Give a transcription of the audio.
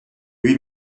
lui